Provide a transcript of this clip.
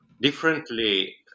differently